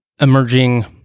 emerging